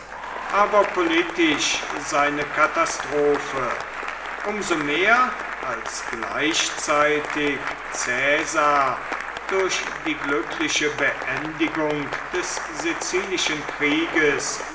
aber politisch seine katastrophe um so mehr als gleichzeitig caesar durch die glückliche beendigung des sizilischen krieges